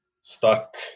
stuck